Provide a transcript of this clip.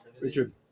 Richard